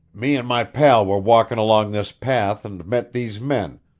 me and my pal were walkin' along this path and met these men,